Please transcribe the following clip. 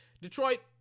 Detroit